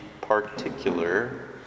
particular